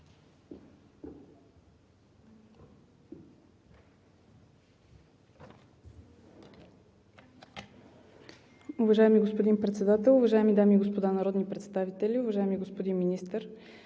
Уважаеми господин Председател, уважаеми дами и господа народни представители! Уважаеми господин Министър,